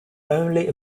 only